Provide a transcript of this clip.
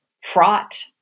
fraught